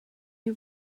you